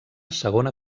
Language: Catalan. segona